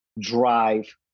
drive